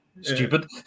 stupid